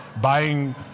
buying